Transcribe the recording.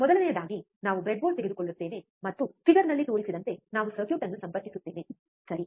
ಮೊದಲನೆಯದಾಗಿ ನಾವು ಬ್ರೆಡ್ಬೋರ್ಡ್ ತೆಗೆದುಕೊಳ್ಳುತ್ತೇವೆ ಮತ್ತು ಫಿಗರ್ನಲ್ಲಿ ತೋರಿಸಿರುವಂತೆ ನಾವು ಸರ್ಕ್ಯೂಟ್ ಅನ್ನು ಸಂಪರ್ಕಿಸುತ್ತೇವೆ ಸರಿ